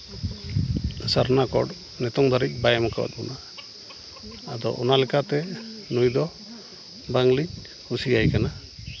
ᱥᱟᱨᱱᱟ code ᱱᱤᱛᱚᱝ ᱫᱷᱟᱹᱨᱤᱡ ᱵᱟᱭ ᱮᱢ ᱠᱟᱜ ᱵᱚᱱᱟ ᱟᱫᱚ ᱚᱱᱟ ᱞᱮᱠᱟᱛᱮ ᱱᱩᱭ ᱫᱚ ᱵᱟᱝᱞᱤᱧ ᱠᱩᱥᱤᱭᱟᱭ ᱠᱟᱱᱟ